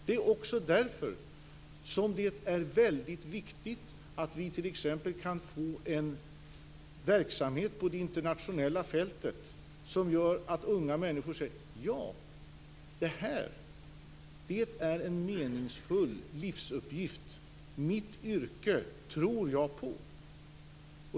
Det är också därför som det är väldigt viktigt att vi t.ex. kan få en verksamhet på det internationella fältet som gör att unga människor säger: Ja, det här är en meningsfull livsuppgift. Mitt yrke tror jag på.